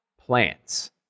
Plants